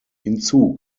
hinzu